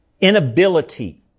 inability